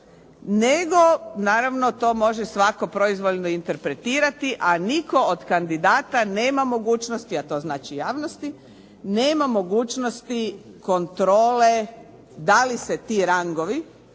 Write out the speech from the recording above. nego naravno to može svatko proizvoljno interpretirati, a nitko od kandidata nema mogućnosti, a to znači javnosti, nema mogućnosti kontrole da li se ti rangovi